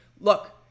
Look